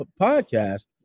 podcast